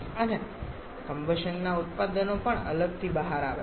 અને કમ્બશનના ઉત્પાદનો પણ અલગથી બહાર આવે છે